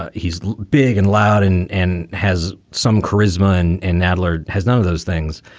ah he's big and loud and and has some charisma. and and nadler has none of those things.